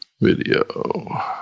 video